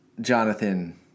Jonathan